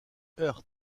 heart